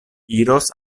iros